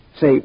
Say